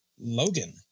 Logan